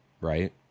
right